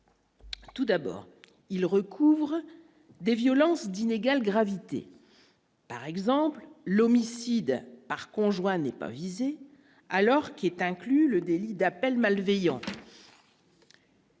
Tout d'abord, il recouvre des violences d'inégale gravité par exemple l'homicide par conjoint n'est pas visé, alors qui est inclus le délit d'appels malveillants.